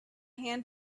hand